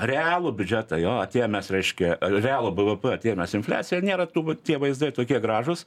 realų biudžetą jo atėmęs reiškia realų bvp atėmęs infliaciją nėra tų tie vaizdai tokie gražūs